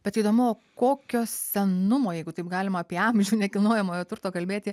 bet įdomu kokio senumo jeigu taip galima apie amžių nekilnojamojo turto kalbėti